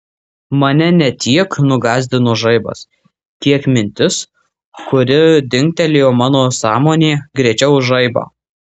mane ne tiek nugąsdino žaibas kiek mintis kuri dingtelėjo mano sąmonėje greičiau už žaibą